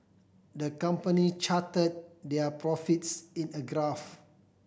the company chart their profits in a graph